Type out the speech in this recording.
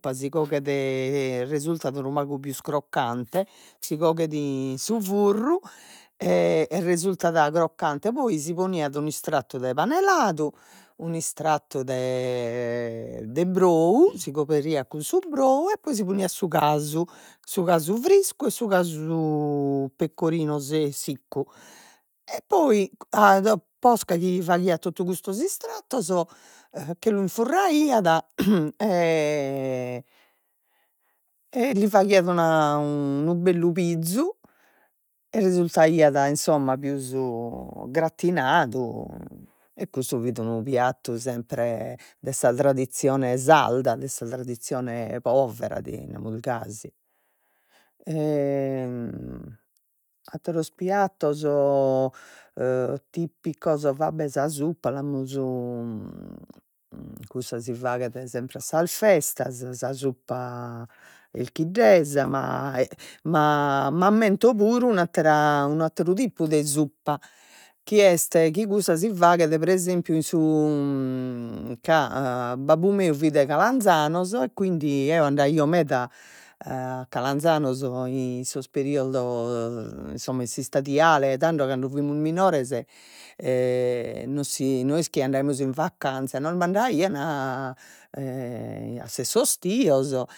Suppa si coghet resultat unu pagu pius crocccante, si coghet in su furru, e resultat croccante poi si poniat un'istratu de pane ladu, un'istratu de brou, si coberiat cun su brou poi si poniat su casu, su casu friscu e su casu pecorino se siccu, e poi posca chi faghias totu custos istratos che lu infurraiat e bi faghiat una unu bellu pizu e resultaiat insomma pius gratinadu, e custu fit unu piattu sempre de sa tradizione sarda, de sa tradizione povera si namus gasi, atteros piattos e tipicos, va be' sa suppa l'amus cussa si faghet sempre a sas festas, sa suppa 'elchiddesa, ma e ma m'ammento puru un'attera un'atteru tipu de suppa chi est chi cussa si faghet pre esempiu in babbu meu fit de Calanzanos e quindi eo andaio meda a Calanzanos in sos periodos insomma in s'istadiale tando cando fimus minores e no si no est chi andaimus in vacanza nos mandaian e a se sos tios